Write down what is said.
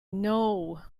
know